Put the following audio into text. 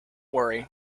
worry